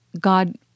God